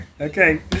okay